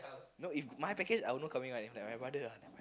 no if my package I will know coming one if like my brother ah